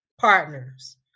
partners